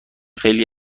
خیلی